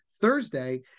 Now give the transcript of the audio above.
Thursday